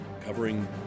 covering